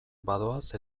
badoaz